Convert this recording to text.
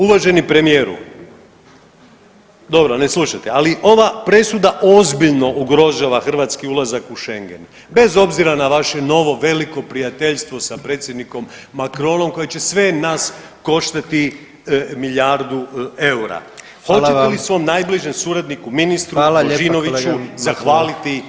Uvaženi premijeru, dobro ne slušate, ali ova presuda ozbiljno ugrožava hrvatski ulazak u schengen bez obzira na vaše novo veliko prijateljstvo sa predsjednikom Macronom koje će sve nas koštati milijardu eura, hoćete li svom najbližem suradniku ministru Božinoviću zahvaliti na suradnji?